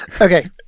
Okay